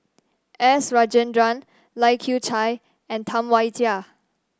S Rajendran Lai Kew Chai and Tam Wai Jia